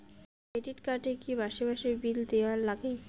Credit card এ কি মাসে মাসে বিল দেওয়ার লাগে?